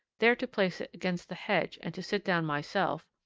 there to place it against the hedge and to sit down myself,